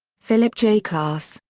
philip j. klass,